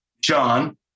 John